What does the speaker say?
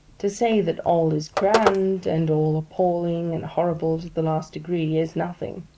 to say that all is grand, and all appalling and horrible in the last degree, is nothing.